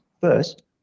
First